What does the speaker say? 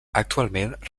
actualment